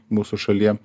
mūsų šalyje